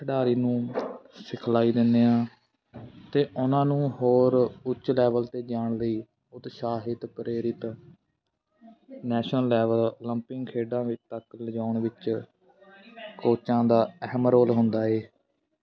ਖਿਡਾਰੀ ਨੂੰ ਸਿਖਲਾਈ ਦਿੰਦੇ ਹਾਂ ਅਤੇ ਉਹਨਾਂ ਨੂੰ ਹੋਰ ਉੱਚ ਲੈਵਲ 'ਤੇ ਜਾਣ ਲਈ ਉਤਸ਼ਾਹਿਤ ਪ੍ਰੇਰਿਤ ਨੈਸ਼ਨਲ ਲੈਵਲ ਉਲੰਪਿਕ ਖੇਡਾਂ ਵਿੱਚ ਤੱਕ ਲਿਜਾਉਣ ਵਿੱਚ ਕੋਚਾਂ ਦਾ ਅਹਿਮ ਰੋਲ ਹੁੰਦਾ ਏ